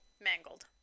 mangled